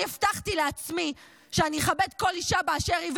אני הבטחתי לעצמי שאני אכבד כל אישה באשר היא,